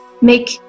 make